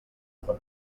per